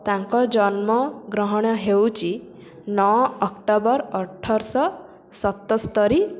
ତାଙ୍କ ଜନ୍ମ ଗ୍ରହଣ ହେଉଛି ନଅ ଅକ୍ଟୋବର ଅଠର ଶହ ସତସ୍ତରୀ